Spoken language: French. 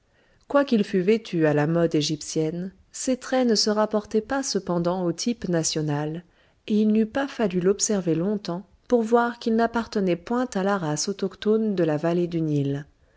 quoiqu'il fût vêtu à la mode égyptienne ses traits ne se rapportaient pas cependant au type national et il n'eût pas fallu l'observer longtemps pour voir qu'il n'appartenait point à la race autochtone de la vallée du nil